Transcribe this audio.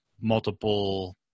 multiple